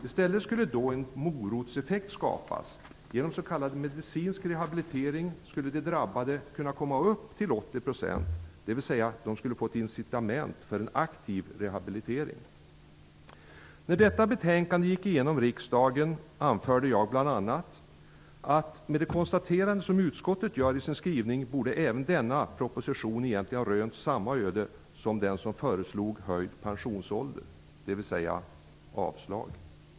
I stället skulle en ''morotseffekt'' skapas. Genom s.k. medicinsk rehabilitering skulle de drabbade kunna komma upp till 80 %-- de skulle få ett incitament för en aktiv rehabilitering. När detta betänkande gick igenom riksdagen anförde jag bl.a.: Med de konstateranden som utskottet gör i sin skrivning borde även denna proposition egentligen ha rönt samma öde som den som föreslog höjd pensionsålder -- dvs. avslag.